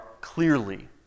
clearly